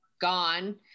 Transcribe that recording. gone